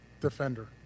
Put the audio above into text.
defender